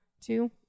two